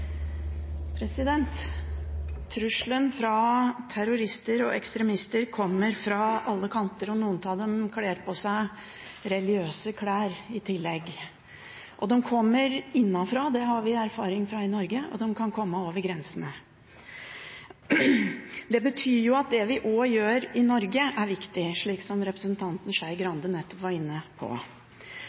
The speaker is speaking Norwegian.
terrorister og ekstremister kommer fra alle kanter, og noen av dem kler på seg religiøse klær i tillegg. De kommer innenfra, det har vi erfaring fra i Norge, og de kan komme over grensene. Det betyr at også det vi gjør i Norge, er viktig, slik som representanten Skei Grande nettopp var inne på.